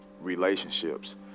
relationships